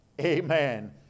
amen